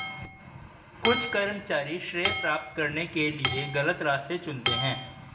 कुछ कर्मचारी श्रेय प्राप्त करने के लिए गलत रास्ते चुनते हैं